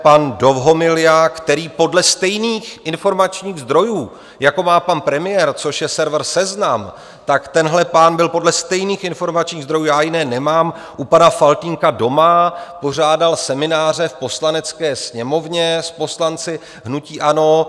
Pan Dovhomilja, který podle stejných informačních zdrojů, jako má pan premiér, což je server Seznam, tak tenhle pán byl podle stejných informačních zdrojů já jiné nemám u pana Faltýnka doma, pořádal semináře v Poslanecké sněmovně s poslanci hnutí ANO.